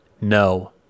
no